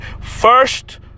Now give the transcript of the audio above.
First